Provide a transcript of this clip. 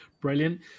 Brilliant